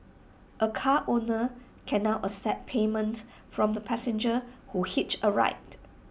A car owner can now accept payment from the passengers who hitch A ride